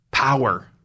Power